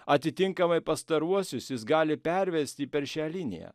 atitinkamai pastaruosius jis gali pervesti per šią liniją